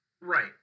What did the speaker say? Right